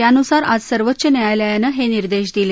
त्यानुसार आज सर्वोच्च न्यायालयानं हे निर्देश दिले